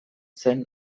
zen